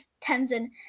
Tenzin